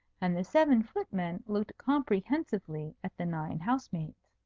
and the seven footmen looked comprehensively at the nine house-maids.